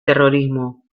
terrorismo